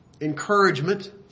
encouragement